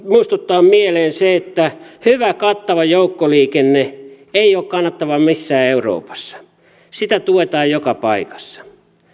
muistuttaa mieleen se että hyvä kattava joukkoliikenne ei ole kannattava missään euroopassa sitä tuetaan joka paikassa